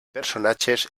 personatges